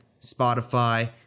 Spotify